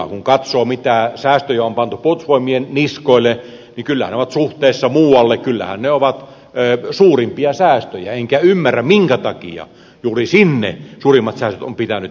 kun katsoo mitä säästöjä on pantu puolustusvoimien niskoille niin kyllähän ne ovat suhteessa muualle suurimpia säästöjä enkä ymmärrä minkä takia juuri sinne suurimmat säästöt on pitänyt kohdistaa